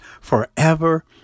forever